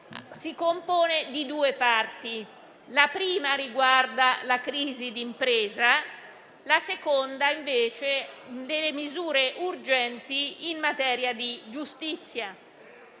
si compone di due parti: la prima riguarda la crisi d'impresa, mentre la seconda reca misure urgenti in materia di giustizia.